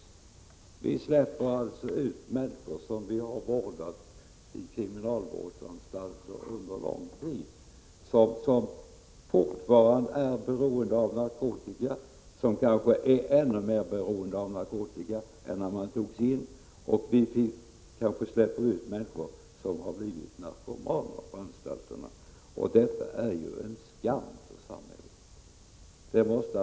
Vi släpper ut människor som vi har vårdat i kriminalvårdsanstalter under lång tid - människor som fortfarande är beroende av narkotika och som kanske är ännu mer beroende av narkotika än när de togs in. Vi kanske släpper ut människor som har blivit narkomaner på anstalterna. Detta är en skam för samhället.